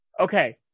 Okay